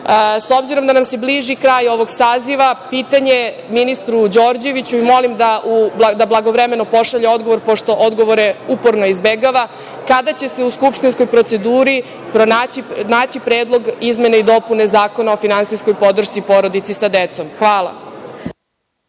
obzirom da nam se bliži kraj ovog saziva pitanje je ministru Đorđeviću i molim da blagovremeno pošalje odgovor, pošto odgovorno izbegava, kada će se u skupštinskoj proceduri pronaći Predlog izmene i dopune Zakona o finansijskoj podršci porodici sa decom. Hvala.